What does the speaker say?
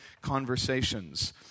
conversations